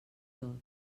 tot